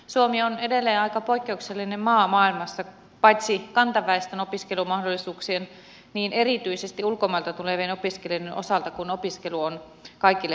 suomi on edelleen aika poikkeuksellinen maa maailmassa paitsi kantaväestön opiskelumahdollisuuksien myös erityisesti ulkomailta tulevien opiskelijoiden osalta kun opiskelu on kaikille maksutonta